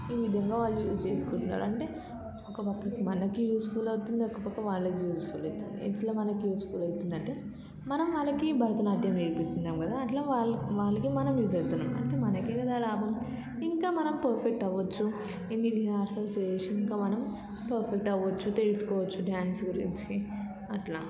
ఈ విధంగా వాళ్ళు యూస్ చేసుకుంటున్నారు అంటే ఒకపక్క మనకి యూస్ఫుల్ అవుతుంది ఒకపక్క వాళ్ళకి ఒక యూస్ఫుల్ అయితుంది ఎట్లా మనకి యూస్ఫుల్ అవుతుంది అంటే మనం వాళ్ళకి భరతనాట్యం నేర్పిస్తున్నాం కదా అట్లా వాళ్ళు వాళ్ళకి మనం యూస్ అవుతున్నాం అంటే మనకే కదా లాభం ఇంకా మనం పర్ఫెక్ట్ అవ్వచ్చు ఎన్ని రిహార్సెస్ చేసి ఇంక మనం పర్ఫెక్ట్ అవ్వచ్చు తెలుసుకోవచ్చు డ్యాన్స్ గురించి అట్లా